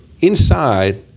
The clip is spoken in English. inside